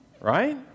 right